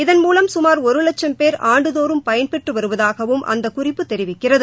இதன் மூலம் சுமார் ஒரு வட்சம் பேர் ஆண்டுதோறும் பயன் பெற்று வருவதாகவும் அந்த குறிப்பு தெரிவித்துள்ளது